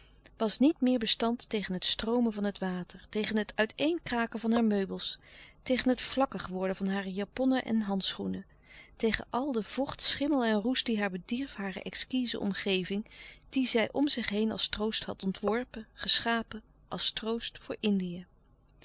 was niet meer bestand tegen het stroomen van het water tegen het uit-een kraken van haar meubels tegen het vlakkig worden van haar japonnen en handschoenen tegen al de vocht schimmel en roest die haar bedierf hare exquize omgeving die zij om zich heen als troost had ontworpen geschapen als troost voor indië